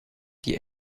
die